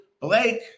Blake